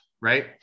right